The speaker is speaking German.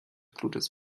blutes